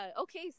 Okay